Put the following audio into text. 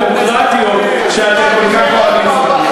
במסגרת אותן תפיסות דמוקרטיות שאתם כל כך אוהבים,